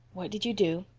what did you do?